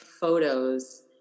photos